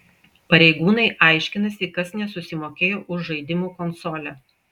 pareigūnai aiškinasi kas nesusimokėjo už žaidimų konsolę